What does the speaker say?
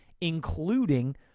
including